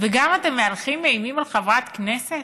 וגם אתם מהלכים אימים על חברת כנסת?